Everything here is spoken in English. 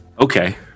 Okay